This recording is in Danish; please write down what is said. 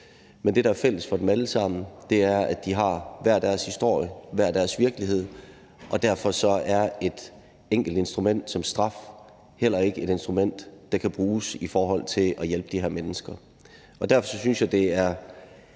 men det, der er fælles for dem alle sammen, er, at de har hver deres historie, hver deres virkelighed, og derfor er et enkelt instrument som straf heller ikke et instrument, der kan bruges til at hjælpe de her mennesker. Derfor synes jeg, det er